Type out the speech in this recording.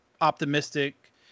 optimistic